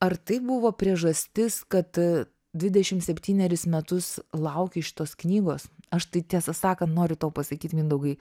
ar tai buvo priežastis kad dvidešim septynerius metus laukei šitos knygos aš tai tiesą sakant noriu tau pasakyt mindaugai